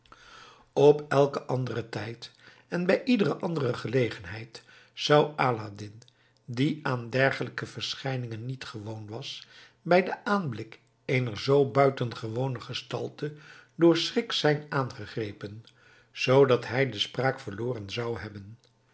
op elken anderen tijd en bij iedere andere gelegenheid zou aladdin die aan dergelijke verschijningen niet gewoon was bij den aanblik eener zoo buitengewone gestalte door schrik zijn aangegrepen zoodat hij de spraak verloren zou hebben